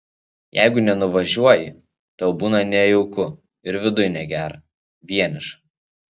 jeigu nenuvažiuoji tau būna nejauku ir viduj negera vieniša